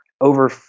over